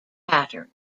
pattern